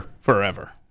forever